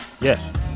Yes